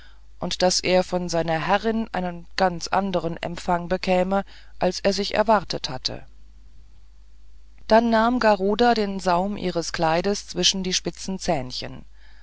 und daß er von seiner herrin einen ganz anderen empfang bekäme als er sich erwartet hatte dann nahm garuda den saum ihres kleides zwischen die spitzen zähnchen